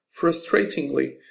Frustratingly